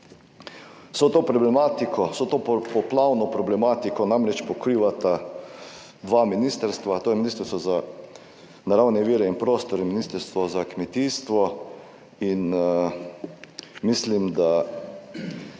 Vso to problematiko, vso to poplavno problematiko namreč pokrivata dva ministrstva, to je Ministrstvo za naravne vire in prostor in Ministrstvo za kmetijstvo in mislim, da